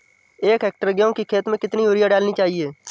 एक हेक्टेयर गेहूँ की खेत में कितनी यूरिया डालनी चाहिए?